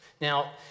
Now